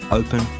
open